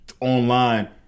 online